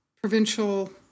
provincial